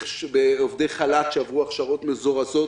בעובדי חל"ת שעברו הכשרות מזורזות,